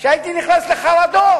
שהייתי נכנס לחרדות,